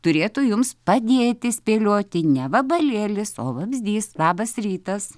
turėtų jums padėti spėlioti ne vabalėlis o vabzdys labas rytas